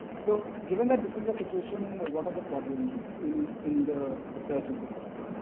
so, given that this is the situation of what are the problems in in the research ecosystem,